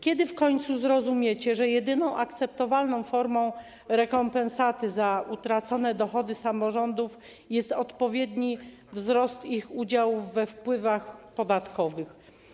Kiedy w końcu zrozumiecie, że jedyną akceptowalną formą rekompensaty za utracone dochody samorządów jest odpowiedni wzrost ich udziałów we wpływach podatkowych?